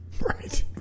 Right